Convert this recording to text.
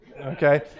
Okay